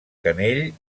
canell